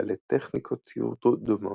בעלי טכניקות ציור דומות,